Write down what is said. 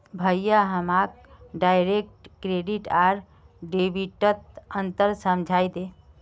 भाया हमाक direct credit आर डेबिटत अंतर समझइ दे